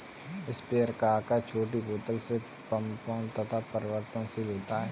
sprayer का आकार छोटी बोतल से पंपों तक परिवर्तनशील होता है